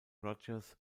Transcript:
rogers